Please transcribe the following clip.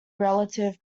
relative